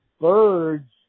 birds